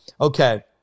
Okay